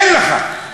אין לך.